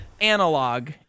analog